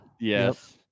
yes